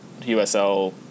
USL